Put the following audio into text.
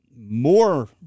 more